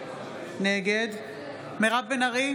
נגד מירב בן ארי,